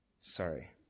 Sorry